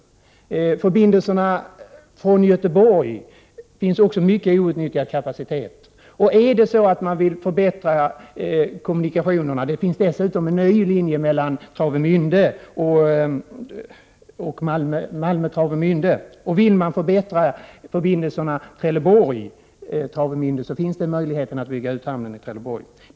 På förbindelserna från Göteborg finns det också mycket outnyttjad kapacitet. Om man vill förbättra kommunikationerna mellan Trelleborg och Travemände, finns det dessutom möjligheter på den nya linjen mellan Travemände och Malmö. Det finns möjlighet att bygga ut hamnar i Trelleborg.